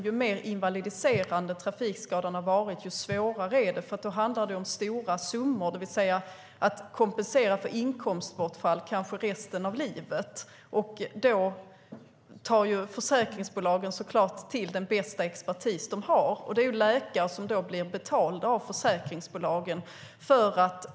Ju mer invalidiserande trafikskadan är desto svårare är det att få den godkänd, eftersom det då handlar om stora summor för att kompensera för inkomstbortfall, kanske resten av den skadades liv. Därför tar försäkringsbolagen till den bästa expertis de har. Det är läkare som blir betalda av försäkringsbolagen.